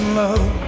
love